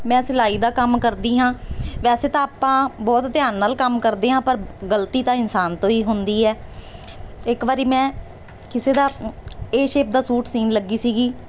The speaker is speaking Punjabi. ਮੈਂ ਸਿਲਾਈ ਦਾ ਕੰਮ ਕਰਦੀ ਹਾਂ ਵੈਸੇ ਤਾਂ ਆਪਾਂ ਬਹੁਤ ਧਿਆਨ ਨਾਲ ਕੰਮ ਕਰਦੇ ਹਾਂ ਪਰ ਗਲਤੀ ਤਾਂ ਇਨਸਾਨ ਤੋਂ ਹੀ ਹੁੰਦੀ ਹੈ ਇੱਕ ਵਾਰੀ ਮੈਂ ਕਿਸੇ ਦਾ ਏ ਸ਼ੇਪ ਦਾ ਸੂਟ ਸਿਊਣ ਲੱਗੀ ਸੀਗੀ